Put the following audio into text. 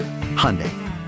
Hyundai